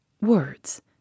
Words